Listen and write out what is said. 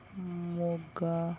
Moga